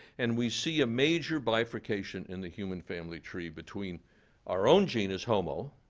and we see a major bifurcation in the human family tree between our own genus, homo,